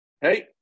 Hey